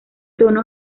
tono